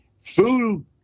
food